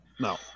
No